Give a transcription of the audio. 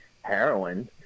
heroin